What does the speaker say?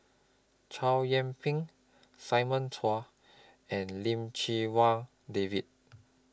Chow Yian Ping Simon Chua and Lim Chee Wai David